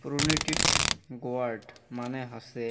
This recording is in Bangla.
পোনিটেড গোয়ার্ড মানে হসে